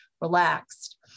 relaxed